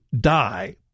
die